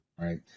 Right